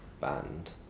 band